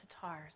Tatars